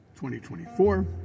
2024